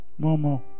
Momo